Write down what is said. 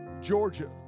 Georgia